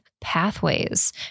Pathways